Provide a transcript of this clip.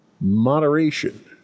moderation